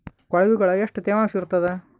ಕೊಳವಿಗೊಳ ಎಷ್ಟು ತೇವಾಂಶ ಇರ್ತಾದ?